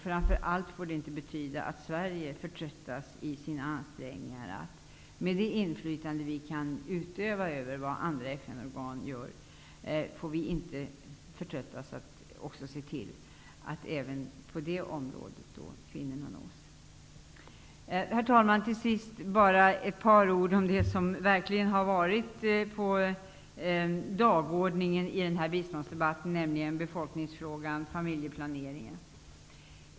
Framför allt får det inte betyda att vi i Sverige förtröttas i våra ansträngningar att, med hjälp av det inflytande som vi kan utöva på vad andra FN-organ gör, se till att kvinnorna nås även på det området. Herr talman! Till sist bara ett par ord om det som verkligen har varit på dagordningen i denna biståndsdebatt, nämligen befolkningsfrågan och familjeplaneringen.